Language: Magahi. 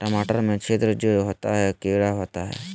टमाटर में छिद्र जो होता है किडा होता है?